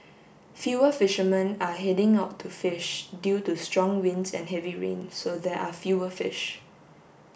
fewer fishermen are heading out to fish due to strong winds and heavy rain so there are fewer fish